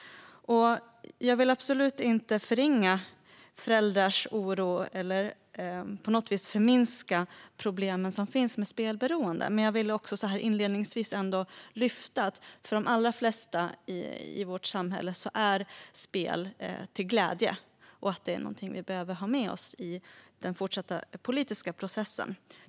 Jag vill absolut inte förringa föräldrars oro eller på något vis förminska problemen som finns med spelberoende. Men jag vill inledningsvis lyfta fram att för de allra flesta i vårt samhälle är spel till glädje, vilket är något vi behöver ha med oss i den fortsatta politiska processen.